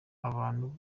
abantu